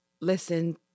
Listen